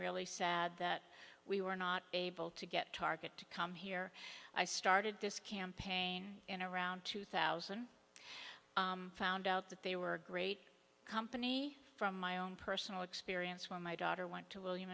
really sad that we were not able to get target to come here i started this campaign in around two thousand found out that they were a great company from my own personal experience when my daughter went to william